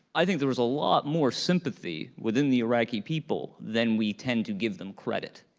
i think there's a lot more sympathy within the iraqi people than we tend to give them credit,